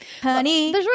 Honey